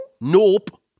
Nope